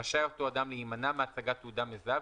רשאי אותו אדם להימנע מהצגת תעודה מזהה,